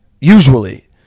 Usually